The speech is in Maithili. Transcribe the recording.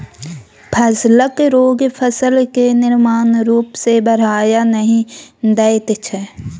फसलक रोग फसल केँ नार्मल रुप सँ बढ़य नहि दैत छै